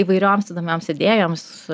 įvairioms įdomioms idėjoms